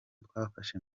twafashe